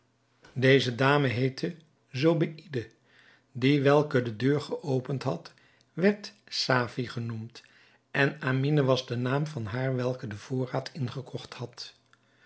deze dame heette zobeïde die welke de deur geopend had werd safie genoemd en amine was de naam van haar welke den voorraad ingekocht had